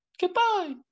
Goodbye